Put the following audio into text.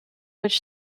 which